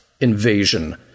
invasion